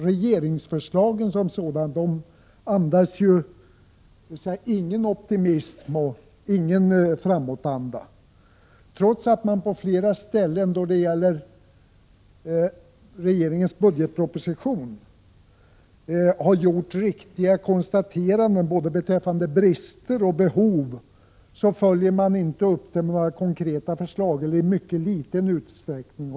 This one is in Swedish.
Regeringsförslagen som sådana andas ingen optimism och ingen framåtanda. Trots att man på flera ställen i regeringens budgetproposition har gjort riktiga konstateranden beträffande både brister och behov, följs detta inte upp med några konkreta förslag, eller åtminstone i mycket liten utsträckning.